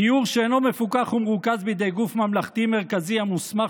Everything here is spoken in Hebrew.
גיור שאינו מפוקח ומרוכז בידי גוף ממלכתי מרכזי המוסמך